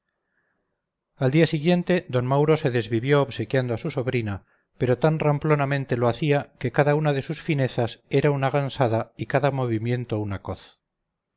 al siguiente día d mauro se desvivió obsequiando a su sobrina pero tan ramplonamente lo hacía que cada una de sus finezas era una gansada y cada movimiento una coz